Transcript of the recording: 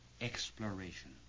exploration